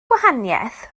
gwahaniaeth